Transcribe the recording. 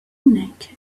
naked